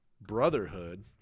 brotherhood